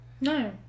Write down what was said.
No